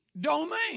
domain